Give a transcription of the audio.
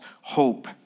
hope